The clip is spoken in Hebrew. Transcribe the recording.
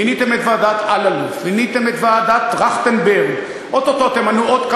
מיניתם את ועדת אלאלוף, מיניתם את ועדת טרכטנברג.